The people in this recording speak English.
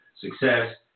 success